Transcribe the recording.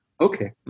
Okay